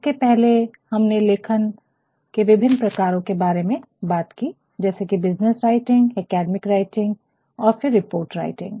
उसके पहले हमने लेखन के विभिन्न प्रकारो के बारे में बात कि जैसे कि बिज़नेस राइटिंग अकादमिक राइटिंग और फिर रिपोर्ट राइटिंग